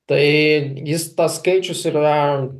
tai jis tas skaičius ir yra